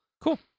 cool